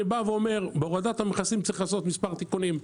אני בא ואומר: בהורדת המכסים צריך לעשות מספר תיקונים.